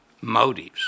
motives